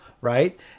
right